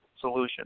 Solution